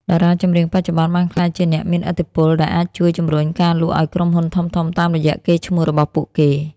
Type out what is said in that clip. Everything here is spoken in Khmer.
តារាចម្រៀងបច្ចុប្បន្នបានក្លាយជាអ្នកមានឥទ្ធិពល ដែលអាចជួយជម្រុញការលក់ឱ្យក្រុមហ៊ុនធំៗតាមរយៈកេរ្តិ៍ឈ្មោះរបស់ពួកគេ។